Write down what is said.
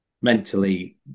mentally